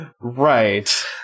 Right